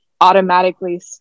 automatically